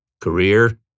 Career